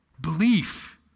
Belief